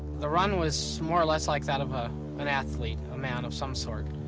the run was more or less like that of ah an athlete, a man of some sort.